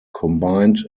combined